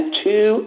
two